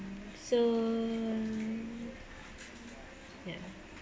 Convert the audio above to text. so ya